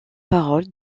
paroles